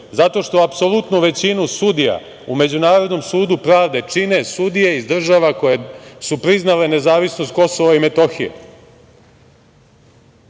zato što apsolutnu većinu sudija u Međunarodnom sudu pravde čine sudije iz država koje su priznale nezavisnost Kosova i Metohije. Ovo